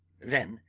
then,